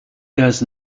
does